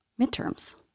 midterms